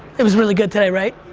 it was really good today, right?